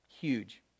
huge